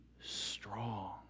strong